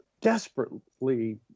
desperately